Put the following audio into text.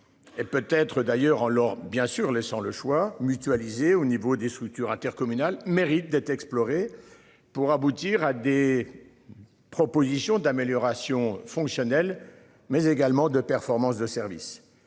peut être d'ailleurs en leur bien sûr laissant le choix mutualiser au niveau des structures intercommunales méritent d'être explorées pour aboutir à des. Propositions d'amélioration fonctionnelle mais également de performance de service